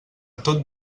tot